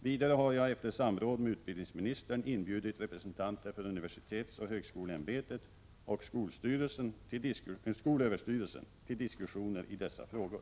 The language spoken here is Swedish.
Vidare har jag efter samråd med utbildningsministern inbjudit representanter för universitetsoch högskoleämbetet och skolöverstyrelsen till diskussioner i dessa frågor.